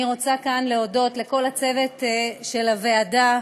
אני רוצה כאן להודות לכל הצוות של הוועדה,